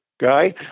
guy